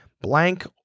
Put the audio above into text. blank